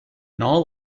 all